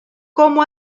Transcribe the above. como